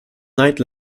night